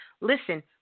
Listen